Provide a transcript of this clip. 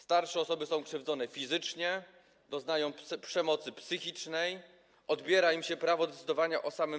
Starsze osoby są krzywdzone fizycznie, doznają przemocy psychicznej, odbiera im się prawo do decydowania o sobie samym.